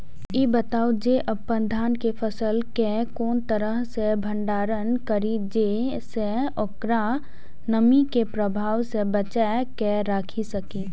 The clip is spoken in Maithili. ई बताऊ जे अपन धान के फसल केय कोन तरह सं भंडारण करि जेय सं ओकरा नमी के प्रभाव सं बचा कय राखि सकी?